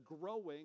growing